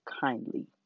kindly